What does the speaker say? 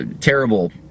terrible